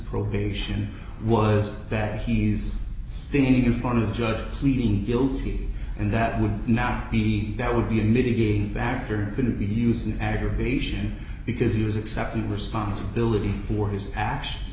probation was that he is standing in front of the judge pleading guilty and that would now be that would be a mitigating factor couldn't be used in aggravation because he was accepting responsibility for his actions